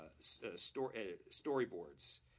storyboards